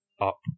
up